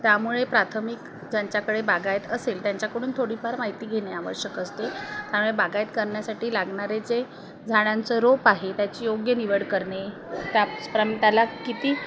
त्यामुळे प्राथमिक ज्यांच्याकडे बागायत असेल त्यांच्याकडून थोडीफार माहिती घेणे आवश्यक असते त्यामुळे बागायत करण्यासाठी लागणारे जे झाडांचं रोप आहे त्याची योग्य निवड करणे त्यापप्रम त्याला किती